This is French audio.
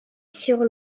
sur